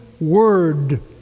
Word